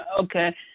Okay